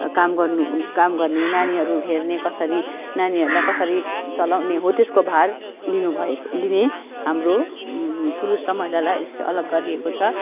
काम गर्नु काम गर्ने नानीहरू हेर्ने कसरी नानीहरूलाई कसरी चलाउने हो त्यसको भार लिनु भए लिने हाम्रो पुरूष र महिलालाई अलग गरिएको छ